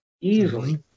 Easily